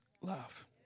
love